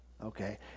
Okay